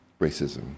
racism